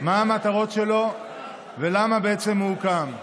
מה המטרות שלו ולמה בעצם הוא הוקם.